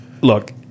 look